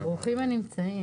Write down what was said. השרה